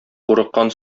курыккан